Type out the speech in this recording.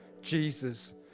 Jesus